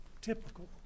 typical